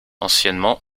anciennement